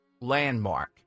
landmark